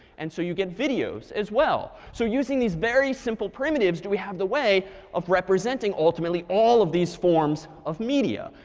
and so you get videos as well. so using these very simple primitives do we have the way of representing ultimately all of these forms of media.